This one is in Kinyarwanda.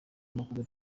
makuza